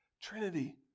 Trinity